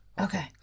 Okay